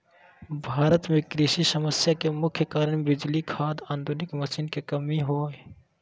भारत में कृषि समस्या के मुख्य कारण बिजली, खाद, आधुनिक मशीन के कमी भी हय